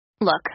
Look